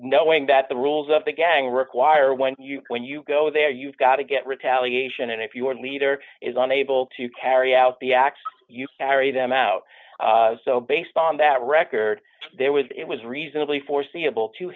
knowing that the rules of the gang require when you when you go there you've got to get retaliation and if your leader is unable to carry out the acts you carry them out so based on that record there was it was reasonably foreseeable to